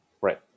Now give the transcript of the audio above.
Right